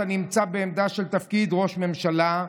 אתה נמצא בעמדה של תפקיד ראש ממשלה,